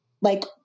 Like-